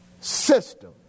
system